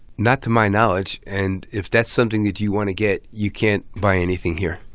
not to my knowledge. and if that's something that you want to get, you can't buy anything here.